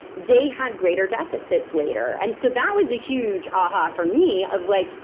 they had greater deficits later. and so that was a huge aha for me, of like,